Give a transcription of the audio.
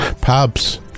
pubs